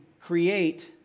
create